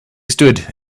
stood